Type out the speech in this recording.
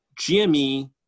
GME